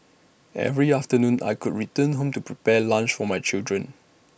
every afternoon I could return home to prepare lunch for my children